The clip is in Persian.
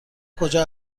کجا